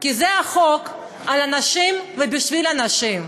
זה החוק על אנשים ובשביל אנשים,